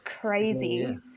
crazy